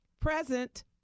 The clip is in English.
Present